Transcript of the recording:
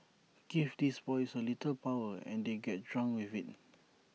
give these boys A little power and they get drunk with IT